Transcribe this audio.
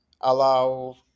allow